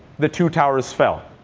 the two towers fell.